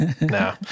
No